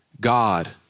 God